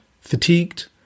fatigued